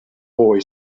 boy